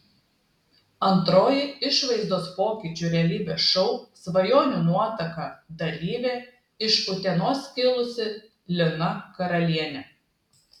antroji išvaizdos pokyčių realybės šou svajonių nuotaka dalyvė iš utenos kilusi lina karalienė